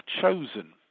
chosen